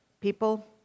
people